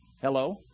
Hello